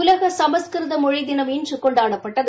உலக சமஸ்கிருத மொழி தினம் இன்று கொண்டாடப்பட்டது